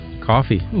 Coffee